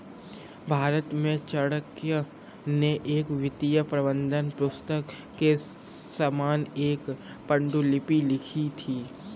भारत में चाणक्य ने एक वित्तीय प्रबंधन पुस्तक के समान एक पांडुलिपि लिखी थी